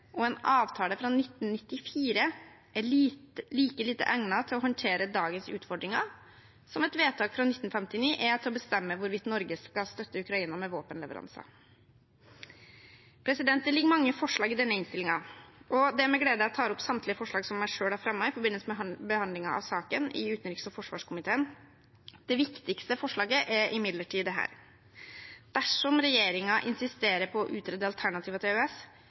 en avtale fra 1994 er like lite egnet til å håndtere dagens utfordringer som et vedtak fra 1959 er til å bestemme hvorvidt Norge skal støtte Ukraina med våpenleveranser. Det ligger mange forslag i denne innstillingen, og det er med glede jeg tar opp samtlige forslag, også dem jeg selv har fremmet i forbindelse med behandlingen av saken i utenriks- og forsvarskomiteen. Det viktigste forslaget gjelder imidlertid dette: Dersom regjeringen insisterer på å utrede alternativer til EØS,